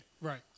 right